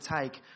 take